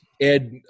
Ed